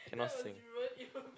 cannot sing